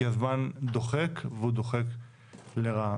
כי הזמן דוחק והוא דוחק לרעה.